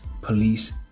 police